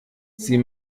sie